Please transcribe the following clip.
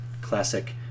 classic